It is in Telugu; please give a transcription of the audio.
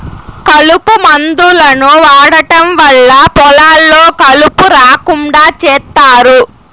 కలుపు మందులను వాడటం వల్ల పొలాల్లో కలుపు రాకుండా చేత్తారు